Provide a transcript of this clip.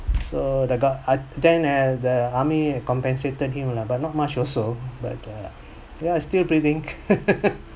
so the guy uh then and the army compensated him lah but not much also but uh ya still breathing